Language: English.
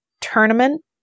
tournament